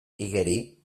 igeri